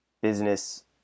business